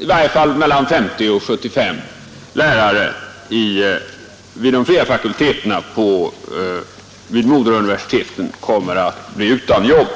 i varje fall mellan 50 och 75 lärare vid de fria fakulteterna vid moderuniversiteten kommer att bli utan arbete.